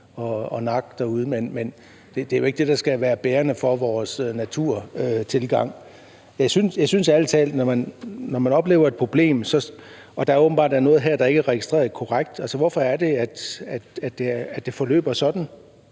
at nakke, men det er jo ikke det, der skal være bærende for vores naturtilgang. Altså, når man oplever et problem og der åbenbart er noget her, der ikke er registreret korrekt, hvorfor er det, at det forløber sådan?